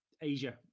Asia